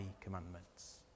commandments